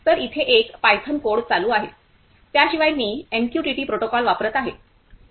तर इथे एक पायथन कोड चालू आहे त्याशिवाय मी एमक्यूटीटी प्रोटोकॉल वापरत आहे